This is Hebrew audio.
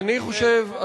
אני חושב,